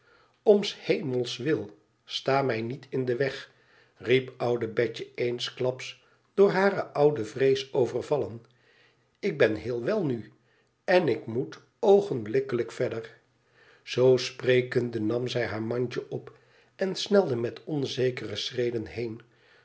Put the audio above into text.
s hemels wil sta mij niet inden weg riep oude betje eensklaps door hare oude vrees overvallen ik ben heel wèl nu en ik moet oogenblikkelijk verder zoo sprekende nam zij haar mandje op en snelde met onzekere schreden heen